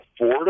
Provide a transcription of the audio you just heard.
affordable